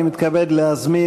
אני מתכבד להזמין,